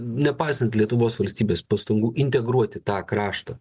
nepaisant lietuvos valstybės pastangų integruoti tą kraštą